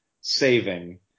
saving